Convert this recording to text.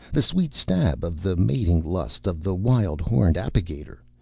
the sweet stab of the mating lust of the wild-horned apigator,